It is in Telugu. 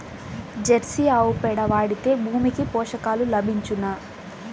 జెర్సీ ఆవు పేడ వాడితే భూమికి పోషకాలు లభించునా?